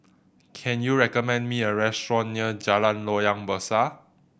can you recommend me a restaurant near Jalan Loyang Besar